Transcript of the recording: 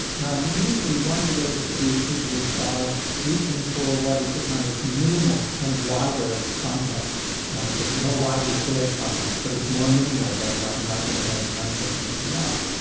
and usually one of the ways that you achieve it is by reaching for what is a kind of minimal and wider content, a sort of more widely shared content, but it's more minimal than what you might get in any one person's remark.